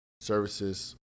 services